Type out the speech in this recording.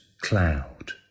cloud